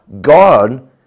God